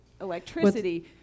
electricity